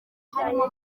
harimo